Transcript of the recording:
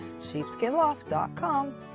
Sheepskinloft.com